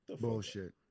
Bullshit